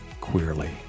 queerly